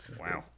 wow